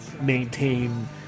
maintain